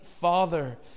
Father